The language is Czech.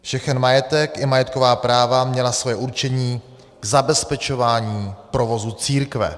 Všechen majetek i majetková práva měly svoje určení k zabezpečování provozu církve.